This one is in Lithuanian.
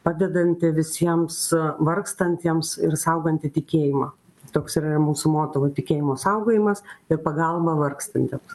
padedanti visiems vargstantiems ir sauganti tikėjimą toks yra ir mūsų moto va tikėjimo saugojimas ir pagalba vargstantiems